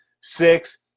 six